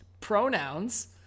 pronouns